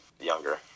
younger